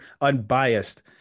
unbiased